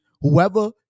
whoever